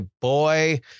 boy